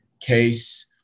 case